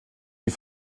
die